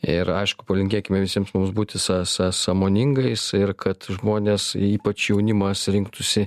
ir aišku palinkėkime visiems mums būti sa sa sąmoningais ir kad žmonės ypač jaunimas rinktųsi